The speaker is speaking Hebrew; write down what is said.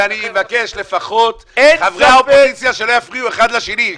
ואני מבקש שלפחות חברי האופוזיציה שלא יפרעו אחד לשני.